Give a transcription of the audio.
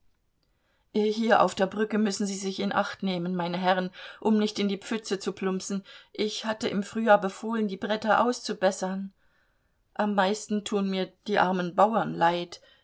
hier auf der brücke müssen sie sich in acht nehmen meine herren um nicht in die pfütze zu plumpsen ich hatte im frühjahr befohlen die bretter auszubessern am meisten tun mir die armen bauern leid